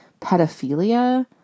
pedophilia